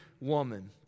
woman